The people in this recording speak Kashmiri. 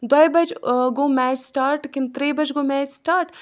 دۄیہِ بَجہِ گوٚو میچ سٹاٹ کِنہٕ ترٛیٚیہِ بَجہِ گوٚو میچ سٹاٹ